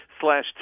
slash